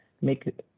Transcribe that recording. make